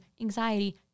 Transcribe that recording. anxiety